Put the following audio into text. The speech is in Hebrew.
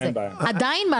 עדיין,